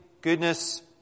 goodness